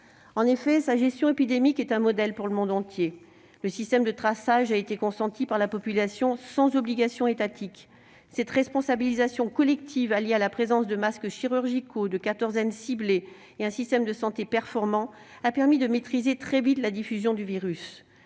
En effet, sa gestion épidémique est un modèle pour le monde entier. Le système de traçage a été consenti par la population sans obligation étatique. Cette responsabilisation collective alliée à la présence de masques chirurgicaux, à des quatorzaines ciblées et à un système de santé performant a permis de maîtriser très vite la diffusion du virus.